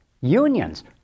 unions